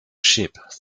ship